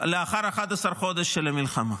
לאחר 11 חודשים של המלחמה.